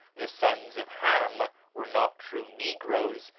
the sons of ham were not true negroes,